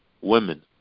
women